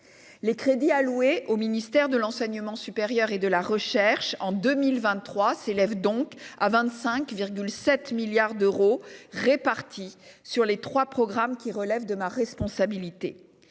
Les crédits alloués au ministère de l'enseignement supérieur et de la recherche pour 2023 s'élèvent ainsi à 25,7 milliards d'euros, répartis entre les trois programmes, 150, 172 et 231, qui relèvent de ma responsabilité.